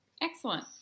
Excellent